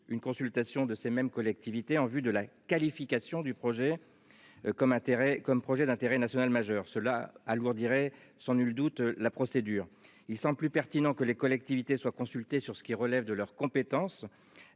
une consultation de ces mêmes collectivités en vue de la qualification du projet. Comme intérêt comme projet d'intérêt national majeur cela alourdirait sans nul doute la procédure il sont plus pertinent que les collectivités soient consultés sur ce qui relève de leur compétence,